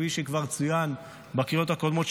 וכפי שכבר צוין בקריאות הקודמות,